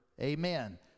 Amen